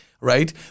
right